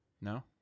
No